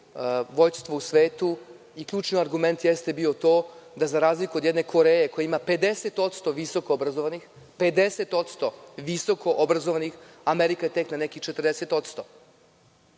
vođstvo u svetu. Ključni argument jeste bio to da, za razliku od jedne Koreje koja ima 50% visoko obrazovanih, Amerika je tek na nekih 40%.